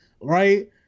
right